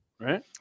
right